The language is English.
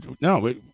No